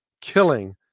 killing